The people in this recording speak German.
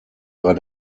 bei